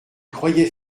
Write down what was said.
croyait